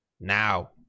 now